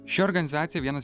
ši organizacija vienas